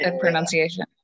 pronunciation